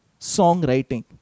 songwriting